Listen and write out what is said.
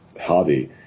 hobby